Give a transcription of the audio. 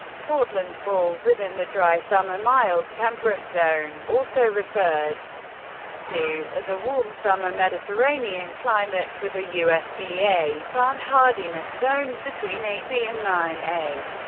portland falls within the dry-summer mild temperate zone, also referred to as a warm-summer mediterranean climate with a usda plant hardiness zones between eight b and nine a.